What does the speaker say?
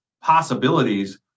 possibilities